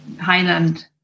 Highland